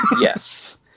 Yes